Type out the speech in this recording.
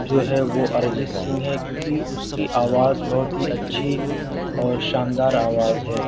جو ہے وہ ارجیت سنگھ ہے کیونکہ اس کی آواز بہت ہی اچھی اور شاندار آواز ہے